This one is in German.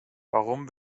warum